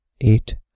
eight